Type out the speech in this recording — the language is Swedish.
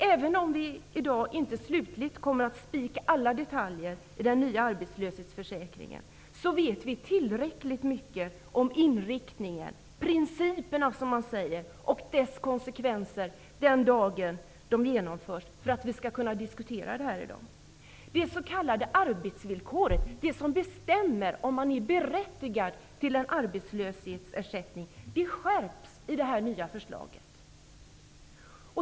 Även om vi i dag inte slutgiltigt kommer att spika alla detaljer i den nya arbetslöshetsförsäkringen, vet vi tillräckligt mycket om inriktningen, principerna och vilka konsekvenser det kommer att få för att vi skall kunna diskutera det nu. Det s.k. arbetsvillkoret som bestämmer om man är berättigad till en arbetslöshetsersättning skärps i det nya förslaget.